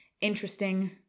interesting